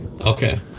Okay